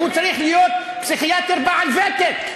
והוא צריך להיות פסיכיאטר בעל ותק.